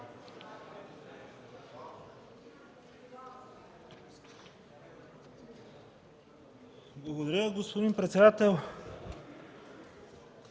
Благодаря, господин председател.